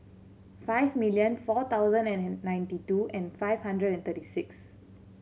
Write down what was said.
five million four thousand and ninety two and five hundred and thirty six